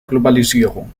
globalisierung